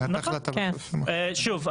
שוב,